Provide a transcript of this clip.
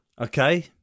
Okay